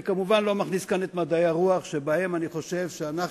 אני כמובן לא מכניס כאן את מדעי הרוח שבהם אני חושב שאנחנו,